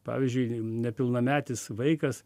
pavyzdžiui nepilnametis vaikas